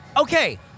Okay